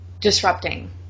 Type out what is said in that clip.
disrupting